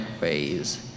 ways